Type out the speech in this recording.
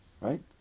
Right